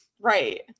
right